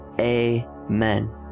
amen